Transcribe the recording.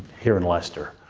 here in leicester,